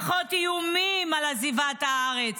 פחות איומים על עזיבת הארץ.